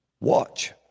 Watch